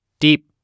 deep